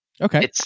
Okay